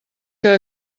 que